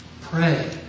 Pray